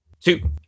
two